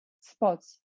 spots